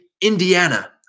Indiana